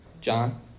John